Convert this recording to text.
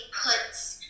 puts